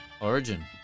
Origin